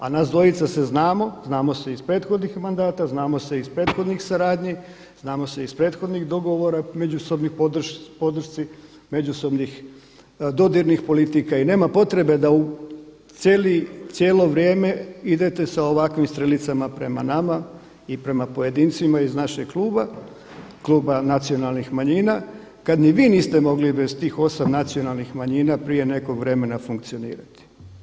A nas dvojica se znamo, znamo se iz prethodnih mandata, znamo se iz prethodnih suradnji, znamo se iz prethodnih dogovora međusobnoj podršci, međusobnih dodirnih politika i nema potrebe da cijelo vrijeme idete sa ovakvim strelicama prema nama i prema pojedincima iz našeg kluba, Kluba nacionalnih manjina kada ni vi niste mogli bez tih osam nacionalnih manjina prije nekog vremena funkcionirati.